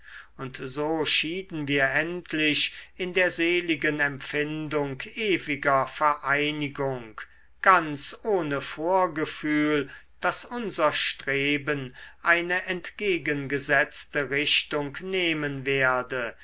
und so schieden wir endlich in der seligen empfindung ewiger vereinigung ganz ohne vorgefühl daß unser streben eine entgegengesetzte richtung nehmen werde